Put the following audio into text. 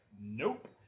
nope